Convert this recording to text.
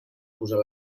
posar